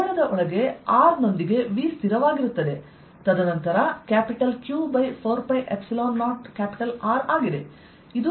ಗೋಳದ ಒಳಗೆ R ನೊಂದಿಗೆ V ಸ್ಥಿರವಾಗಿರುತ್ತದೆ ತದನಂತರ Q4π0R ಆಗಿದೆ